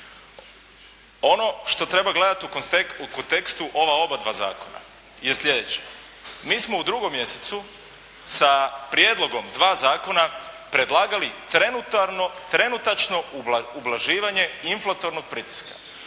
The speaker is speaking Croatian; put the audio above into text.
Ono što treba gledati u kontekstu ova oba dva zakona je sljedeće. Mi smo u 2. mjesecu sa prijedlogom dva zakona predlagali trenutačno ublaživanje inflatornog pritiska